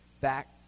back